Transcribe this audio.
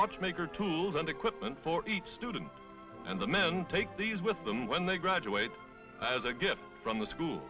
watchmaker tools and equipment for each student and the men take these with them when they graduate that is a gift from the school